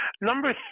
Number